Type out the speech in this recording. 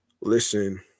listen